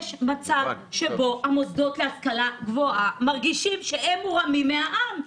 יש מצב שבו המוסדות להשכלה גבוהה מרגישים שהם מורמים מהעם.